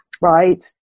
right